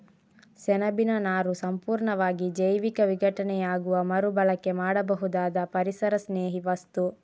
ಸೆಣಬಿನ ನಾರು ಪೂರ್ಣವಾಗಿ ಜೈವಿಕ ವಿಘಟನೆಯಾಗುವ ಮರು ಬಳಕೆ ಮಾಡಬಹುದಾದ ಪರಿಸರಸ್ನೇಹಿ ವಸ್ತು